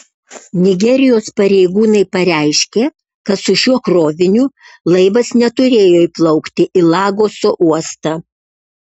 nigerijos pareigūnai pareiškė kad su šiuo kroviniu laivas neturėjo įplaukti į lagoso uostą